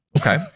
Okay